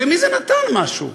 למי זה נתן משהו?